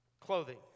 clothing